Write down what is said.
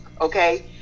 okay